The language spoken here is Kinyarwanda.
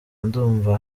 ndumva